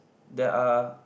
there are